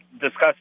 discuss